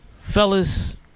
Fellas